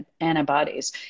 antibodies